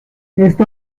esto